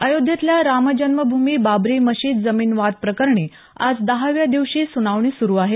अयोध्येतल्या रामजन्मभूमी बाबरी मशीद जमीन वाद प्रकरणी आज दहाव्या दिवशी सुनावणी सुरू आहे